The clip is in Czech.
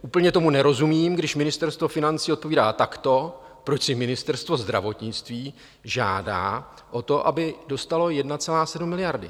Úplně tomu nerozumím, když Ministerstvo financí odpovídá takto, proč si Ministerstvo zdravotnictví žádá o to, aby dostalo 1,7 miliardy?